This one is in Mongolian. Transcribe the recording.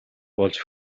болж